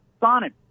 sonnet